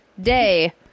day